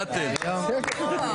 אני חשבתי שאני מתחת לרדאר.